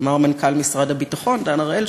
אמר מנכ"ל משרד הביטחון דן הראל,